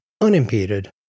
unimpeded